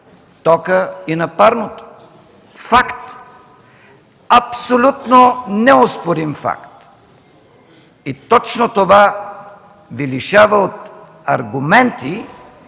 тока и на парното. Факт, абсолютно неоспорим факт! Точно това Ви лишава от аргументи,